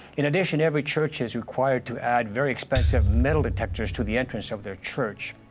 in addition every church is required to add very expensive metal detectors to the entrance of their church.